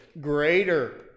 greater